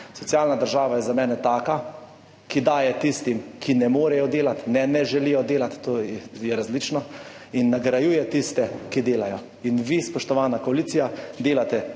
Socialna država je za mene taka, da daje tistim, ki ne morejo delati, ne ne želijo delati, to je različno, in nagrajuje tiste, ki delajo. Vi, spoštovana koalicija, delate